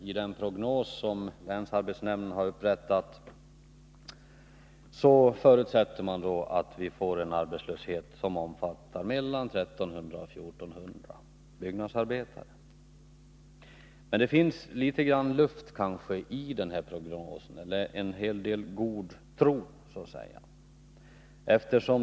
I den prognos som länsarbetsnämnden har upprättat förutsätter man att vi får en arbetslöshet som omfattar mellan 1300 och 1400 byggnadsarbetare. Det finns kanske litet grand luft i den här prognosen — en hel del god tro, så att säga.